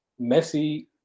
Messi